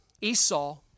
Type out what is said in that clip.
Esau